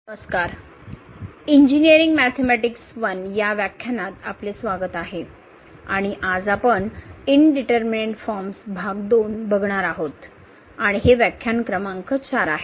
नमस्कार engineering mathematics 1 या व्याख्यानांत आपले स्वागत आहे आणि आज आपण इनडीटरमीनेट फॉर्म्स भाग 2 बघणार आहोत आहोत आणि हे व्याख्यान क्रमांक 4 आहे